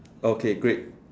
okay great